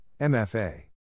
MFA